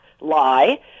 lie